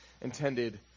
intended